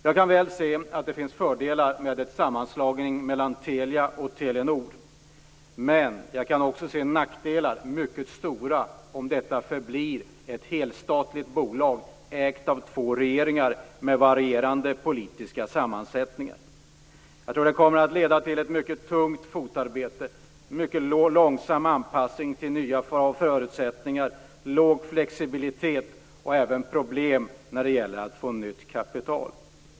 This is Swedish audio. Jag kan se att det finns fördelar med en sammanslagning av Telia och Telenor. Men jag kan också se mycket stora nackdelar om detta förblir ett helstatligt bolag, ägt av två regeringar med olika politiska sammansättningar. Det kommer att behövas ett mycket tungt fotarbete och en mycket långsam anpassning till nya förutsättningar. Det kommer också att leda till låg flexibilitet och även problem när det gäller att skaffa nytt kapital.